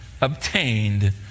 obtained